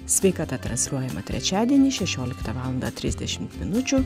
sveikata transliuojama trečiadienį šešioliktą valandą trisdešimt minučių